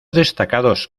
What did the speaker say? destacados